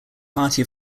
party